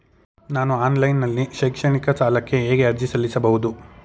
ನಾನು ಆನ್ಲೈನ್ ನಲ್ಲಿ ಶೈಕ್ಷಣಿಕ ಸಾಲಕ್ಕೆ ಹೇಗೆ ಅರ್ಜಿ ಸಲ್ಲಿಸಬಹುದು?